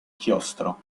chiostro